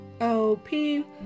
O-P